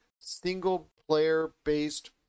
single-player-based